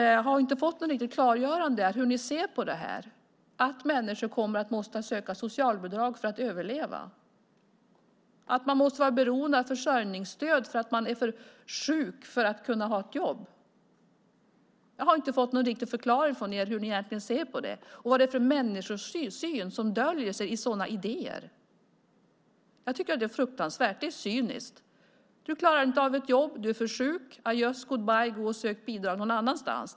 Jag har inte fått något riktigt klargörande av hur ni ser på det här, att människor kommer att bli tvungna att söka socialbidrag för att överleva, att man måste vara beroende av försörjningsstöd för att man är för sjuk för att kunna ha ett jobb. Jag har inte fått någon riktig förklaring från er hur ni ser på det och vad det är för människosyn som döljer sig i sådana idéer. Jag tycker att det är fruktansvärt. Det är cyniskt: Du klarar inte av ett jobb. Du är för sjuk. Ajöss! Goodbye ! Gå och sök bidrag någon annanstans!